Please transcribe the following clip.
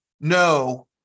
no